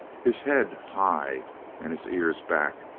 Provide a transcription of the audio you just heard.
his head high and his ears back,